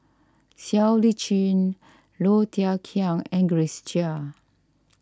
Siow Lee Chin Low Thia Khiang and Grace Chia